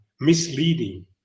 misleading